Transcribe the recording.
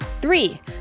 Three